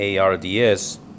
ARDS